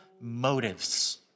motives